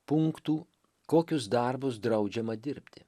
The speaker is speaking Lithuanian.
punktų kokius darbus draudžiama dirbti